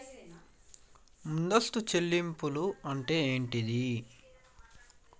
ముందస్తు చెల్లింపులు అంటే ఏమిటి?